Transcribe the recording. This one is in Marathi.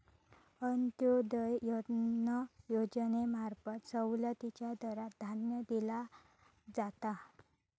अंत्योदय अन्न योजनेंमार्फत सवलतीच्या दरात धान्य दिला जाता